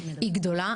היא גדולה.